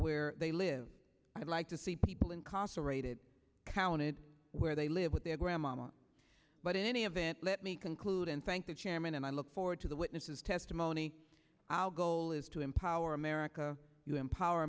where they live i'd like to see people in concentrated counted where they live with their grandmama but in any event let me conclude and thank the chairman and i look forward to the witness's testimony our goal is to empower america you empower